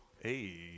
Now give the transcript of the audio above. Hey